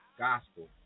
gospel